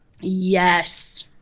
Yes